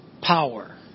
power